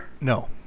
No